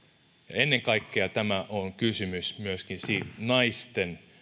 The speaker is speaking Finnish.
ennen kaikkea tämä on kysymys myöskin naisten